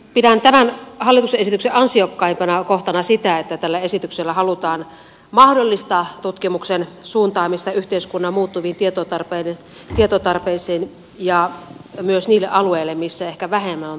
pidän tämän hallituksen esityksen ansiokkaimpana kohtana sitä että tällä esityksellä halutaan mahdollistaa tutkimuksen suuntaamista yhteiskunnan muuttuviin tietotarpeisiin ja myös niille alueille missä ehkä vähemmän on tutkimusta tehty